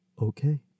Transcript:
Okay